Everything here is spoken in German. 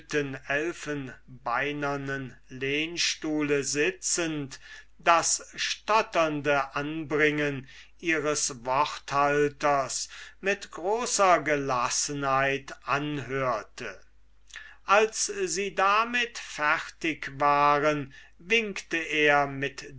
elfenbeinernen lehnstuhl sitzend das stotternde anbringen ihres worthalters mit großer gelassenheit anhörte als sie damit fertig waren winkte er mit